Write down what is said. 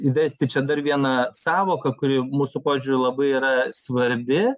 įvesti čia dar vieną sąvoką kuri mūsų požiūriu labai yra svarbi